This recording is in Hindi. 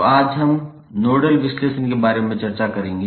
तो आज हम नोडल विश्लेषण के बारे में चर्चा करेंगे